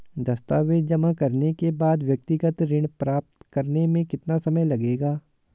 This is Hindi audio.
दस्तावेज़ जमा करने के बाद व्यक्तिगत ऋण प्राप्त करने में कितना समय लगेगा?